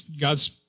God's